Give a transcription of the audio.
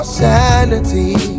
sanity